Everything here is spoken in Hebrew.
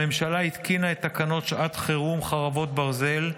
הממשלה התקינה את תקנות שעת חירום (חרבות ברזל),